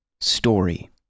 Story